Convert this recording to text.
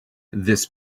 this